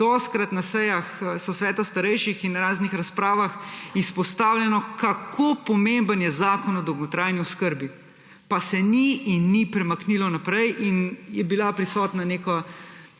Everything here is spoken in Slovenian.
dostikrat na sejah sosveta starejših in raznih razpravah izpostavljeno, kako pomemben je zakon o dolgotrajni oskrbi, pa se ni in ni premaknilo naprej in je bila prisotna neka